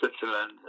Switzerland